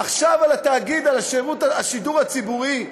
עכשיו על התאגיד, על שירות השידור הציבורי,